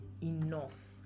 enough